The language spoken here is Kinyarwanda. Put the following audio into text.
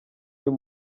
uyu